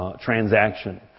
Transaction